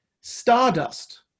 Stardust